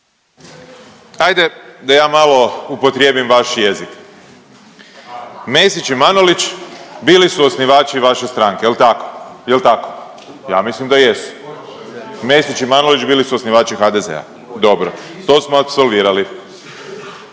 Ajde da ja malo upotrijebim vaš jezik. Mesić i Manolić bili su osnivače vaše stranke, jel tako, jel tako? Ja mislim da jesu. Mesić i Manolić bili su osnivači HDZ-a. Dobro, to smo apsolvirali.